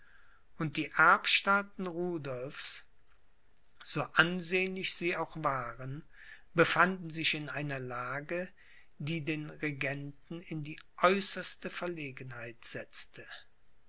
und die erbstaaten rudolphs so ansehnlich sie auch waren befanden sich in einer lage die den regenten in die äußerste verlegenheit setzte